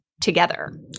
together